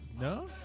no